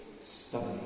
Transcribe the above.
study